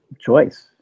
choice